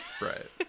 Right